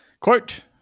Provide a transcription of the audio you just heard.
Quote